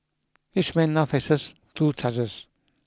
each man now faces two charges